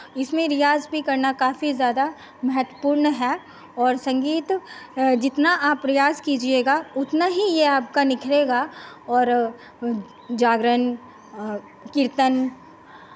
इसमें रियाज़ भी करना काफी ज़्यादा महत्वपूर्ण है और संगीत जितना प्रयास कीजीयेगा उतना ही ये आपका निखरेगा और जागरण और कीर्तन